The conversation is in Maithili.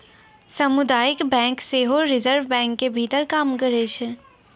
समुदायिक बैंक सेहो रिजर्वे बैंको के भीतर काम करै छै